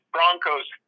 Broncos